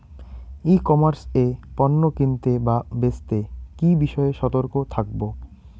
ই commerce এ পণ্য কিনতে বা বেচতে কি বিষয়ে সতর্ক থাকব?